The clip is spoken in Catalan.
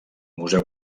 museu